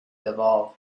evolve